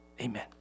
Amen